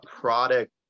product